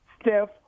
Steph